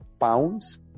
pounds